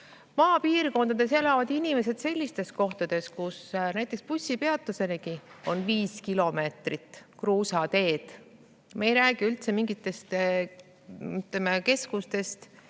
maapiirkondades elavad inimesed sellistes kohtades, kus näiteks bussipeatusenigi [viib] 5‑kilomeetrine kruusatee. Me ei räägi üldse mingitest keskustest,